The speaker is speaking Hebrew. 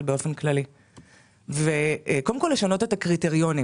באופן כללי ולשנות את הקריטריונים.